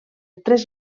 tres